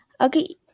Okay